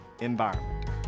environment